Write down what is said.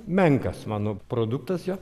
menkas mano produktas jo